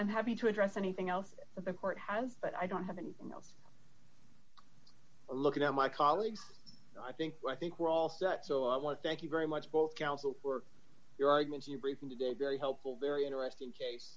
i'm happy to address anything else that the court has but i don't have anything else to look at my colleagues i think i think we're all set so i want to thank you very much both counsel for your arguments you briefing today very helpful very interesting case